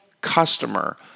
customer